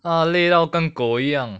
ah 累到跟狗一样